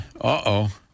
Uh-oh